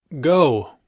Go